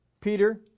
Peter